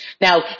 Now